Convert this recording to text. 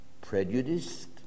Prejudiced